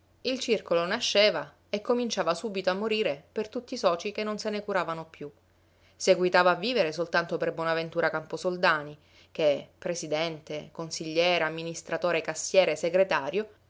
il circolo nasceva e cominciava subito a morire per tutti i socii che non se ne curavano più seguitava a vivere soltanto per bonaventura camposoldani che presidente consigliere amministratore cassiere segretario